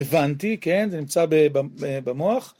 הבנתי, כן, זה נמצא במוח.